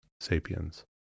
sapiens